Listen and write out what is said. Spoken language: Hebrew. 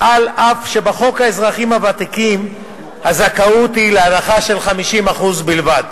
אף שבחוק האזרחים הוותיקים הזכאות היא להנחה של 50% בלבד.